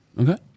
okay